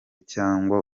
cyangwa